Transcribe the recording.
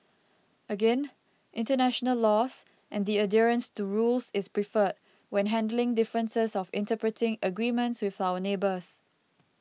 again international laws and the adherence to rules is preferred when handling differences of interpreting agreements with our neighbours